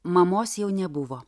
mamos jau nebuvo